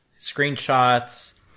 screenshots